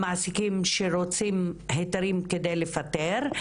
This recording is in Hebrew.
המעסיקים שרוצים היתרים על מנת לפטר,